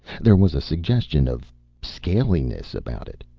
there was a suggestion of scaliness about it,